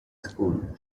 school